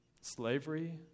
Slavery